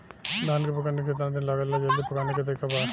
धान के पकने में केतना दिन लागेला जल्दी पकाने के तरीका बा?